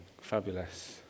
Fabulous